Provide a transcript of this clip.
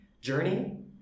journey